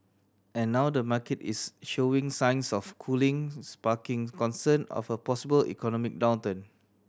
and now the market is showing signs of cooling sparking concern of a possible economic downturn